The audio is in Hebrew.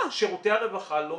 שירותי הרווחה.